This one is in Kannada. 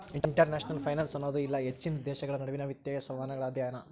ಇಂಟರ್ನ್ಯಾಷನಲ್ ಫೈನಾನ್ಸ್ ಅನ್ನೋದು ಇಲ್ಲಾ ಹೆಚ್ಚಿನ ದೇಶಗಳ ನಡುವಿನ್ ವಿತ್ತೇಯ ಸಂವಹನಗಳ ಅಧ್ಯಯನ